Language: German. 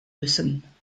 müssen